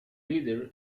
leader